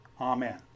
Amen